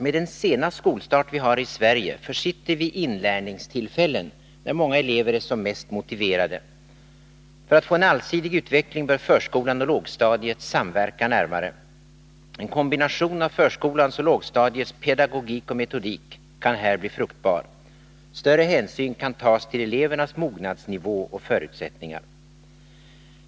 Med den sena skolstart vi har i Sverige försitter vi inlärningstillfällen när många elever är som mest motiverade. För att få en allsidig utveckling bör förskolan och lågstadiet samverka närmare. En kombination av förskolans och lågstadiets pedagogik och metodik kan här bli fruktbar. Större hänsyn kan tas till elevernas mognadsnivå och förutsättningar.